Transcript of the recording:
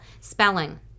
Spelling